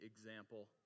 example